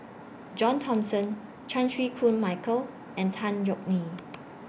John Thomson Chan Chew Koon Michael and Tan Yeok Nee